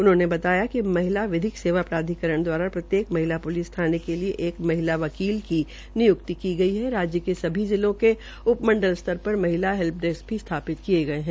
उन्होंने कहा कि महिला विधिक सेवा प्राधिकरण द्वारा प्रत्येक महिला प्रलिस थाने के लिए एक महिला वकील की निय्क्ति की गई है राज्य के सभी जिलों के उपमंडल स्तर पर महिला हैल्प डेसक भी स्थापित किये गये है